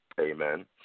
Amen